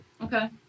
Okay